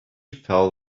fell